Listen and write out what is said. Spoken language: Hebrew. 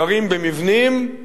גרים 50